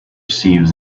sieves